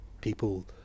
people